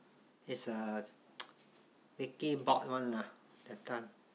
it's the it's vikki bought [one] lah that time